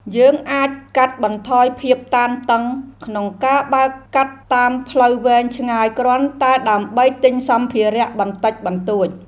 យើងអាចកាត់បន្ថយភាពតានតឹងក្នុងការបើកកាត់តាមផ្លូវវែងឆ្ងាយគ្រាន់តែដើម្បីទិញសម្ភារៈបន្តិចបន្តួច។